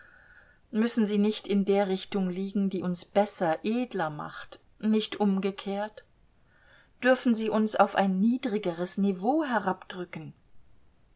müßten sie nicht in der richtung liegen die uns besser edler macht nicht umgekehrt dürfen sie uns auf ein niedrigeres niveau herabdrücken